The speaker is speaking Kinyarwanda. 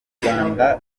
rwanda